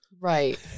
Right